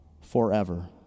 forever